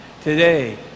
today